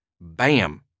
Bam